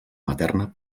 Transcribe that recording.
materna